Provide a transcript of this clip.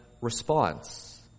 response